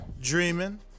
Dreaming